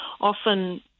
often